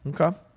Okay